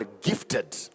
gifted